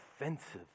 offensive